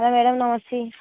madam నమస్తే